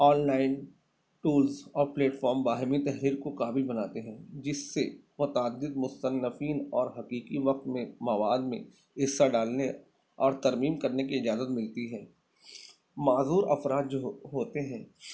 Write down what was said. on line tools اور اور platform باہمی تحریر کو قابل بناتے ہیں جس سے متعدد مصنفین اور حقیقی وقت میں مواد میں حصہ ڈالنے اور ترمیم کرنے کی اجازت ملتی ہے معذور افراد جو ہو ہوتے ہیں